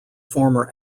former